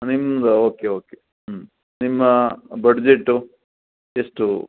ನಿಮ್ದ okay okay ಹ್ಞೂ ನಿಮ್ಮ ಬಡ್ಜೆಟ್ಟು ಎಷ್ಟು